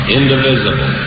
indivisible